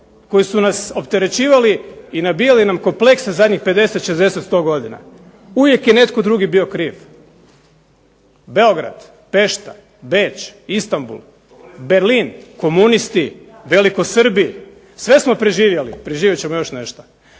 koji su nas opterećivali i nabijali nam komplekse zadnjih 50, 60, 100 godina. Uvijek je netko drugi bio kriv, Beograd, Pešta, Beč, Istanbul, Berlin, komunisti, veliko Srbi, sve smo preživjeli, preživjet ćemo još nešto.